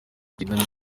kugenda